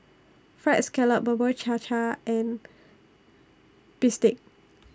Fried Scallop Bubur Cha Cha and Bistake